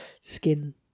skin